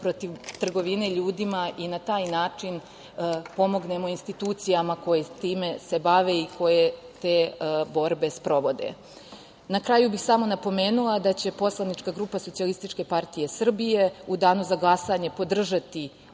protiv trgovine ljudima i na taj način pomognemo institucijama koje se time bave i koje te borbe sprovode. Na kraju bih samo napomenula da će poslanička grupa SPS u danu za glasanje podržati